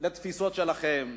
לתפיסות שלכם,